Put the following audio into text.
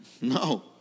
No